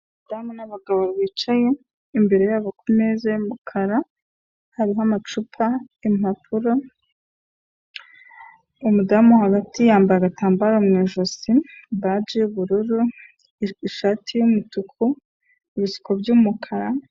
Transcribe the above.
Umudamu n'abagabo bicaye, imbere yabo ku meza y'umukara hariho amacupa, impapuro, umudamu hagati yambaye agatambaro mu ijosi, baje y'ubururu, ishati y'umutuku, ibisuko by'umukara.